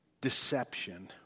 deception